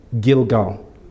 Gilgal